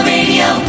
Radio